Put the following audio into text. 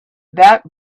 that